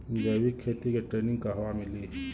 जैविक खेती के ट्रेनिग कहवा मिली?